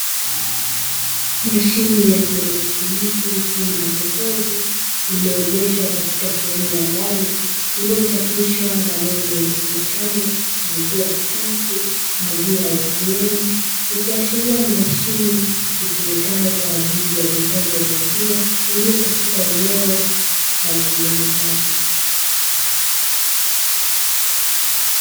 Mashine ya kielekroniki mfano wa jokofu lililoegeshwa katika sehemu ya ndani, iliyochapishwa maneno yasomekayo maziwa safi, maziwa ATM, ikiashiria ni mashine itumikayo kwa ajili ya uuzaji wa maziwa iliyo katika eneo la utengenezaji.